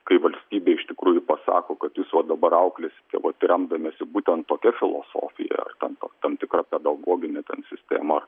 kai valstybė iš tikrųjų pasako kad jūs va dabar auklėsite vat remdamiesi būtent tokia filosofija ar ten tam tikra pedagogine ten sistema